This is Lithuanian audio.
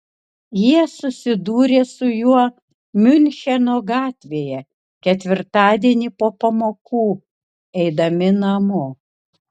jie susidūrė su juo miuncheno gatvėje ketvirtadienį po pamokų eidami namo